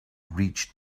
reach